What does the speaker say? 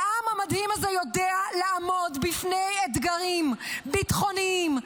העם המדהים הזה יודע לעמוד בפני אתגרים ביטחוניים,